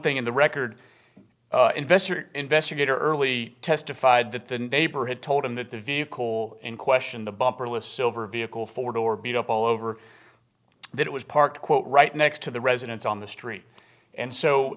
thing in the record investor investigator early testified that the neighbor had told him that the vehicle in question the bumper le silver vehicle four door beat up all over that it was parked right next to the residence on the street and so